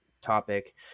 topic